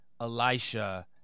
Elisha